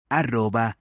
arroba